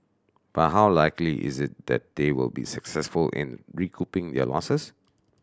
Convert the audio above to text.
but how likely is it that they will be successful in recouping their losses